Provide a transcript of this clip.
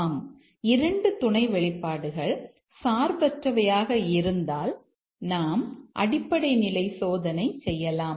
ஆம் 2 துணை வெளிப்பாடுகள் சார்பற்றவையாக இருந்தால் நாம் அடிப்படை நிலை சோதனை செய்யலாம்